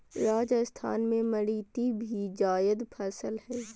राजस्थान में मतीरी भी जायद फसल हइ